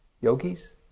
yogis